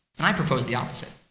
and i purpose the opposite.